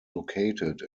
located